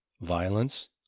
violence